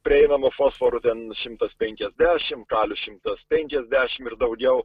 prieinamo fosforo ten šimtas penkiasdešim kalis šimtas penkiasdešim ir daugiau